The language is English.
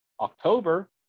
October